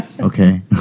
Okay